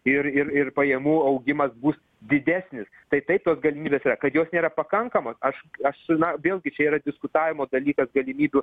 ir ir ir pajamų augimas bus didesnis taip taip tos galimybės yra kad jos nėra pakankamos aš aš su na vėlgi čia yra diskutavimo dalyko galimybių